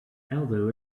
aldo